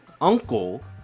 uncle